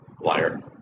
liar